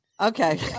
Okay